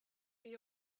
chi